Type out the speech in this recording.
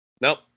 Nope